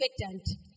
expectant